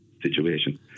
situation